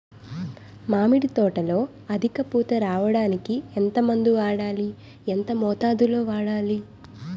మామిడి తోటలో అధిక పూత రావడానికి ఎంత మందు వాడాలి? ఎంత మోతాదు లో వాడాలి?